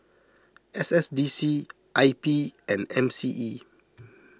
S S D C I P and M C E